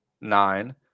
Nine